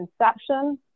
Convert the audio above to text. inception